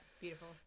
beautiful